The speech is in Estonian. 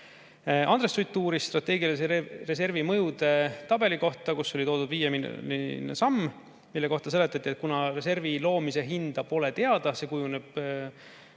Andres Sutt uuris strateegilise reservi mõjude tabeli kohta, kus oli toodud 5-miljoniline samm. Selle kohta selgitati, et kuna reservi loomise hinda pole teada, see kujuneb